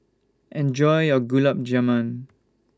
Enjoy your Gulab Jamun